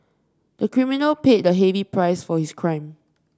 the criminal paid a heavy price for his crime